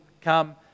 come